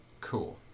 Cool